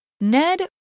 Ned